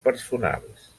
personals